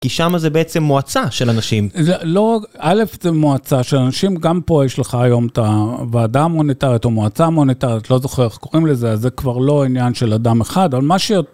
כי שמה זה בעצם מועצה של אנשים. לא, א', זה מועצה של אנשים, גם פה יש לך היום את הוועדה המוניטרית או מועצה המוניטרית, לא זוכר איך קוראים לזה, אז זה כבר לא עניין של אדם אחד, אבל מה שיותר